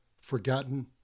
Forgotten